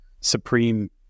supreme